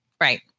Right